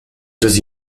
dass